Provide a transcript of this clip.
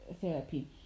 therapy